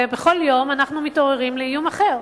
ובכל יום אנחנו מתעוררים לאיום אחר.